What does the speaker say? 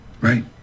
right